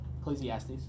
Ecclesiastes